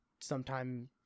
sometime